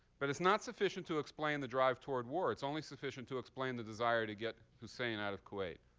but it's not sufficient to explain the drive toward war. it's only sufficient to explain the desire to get hussein out of kuwait.